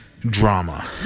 drama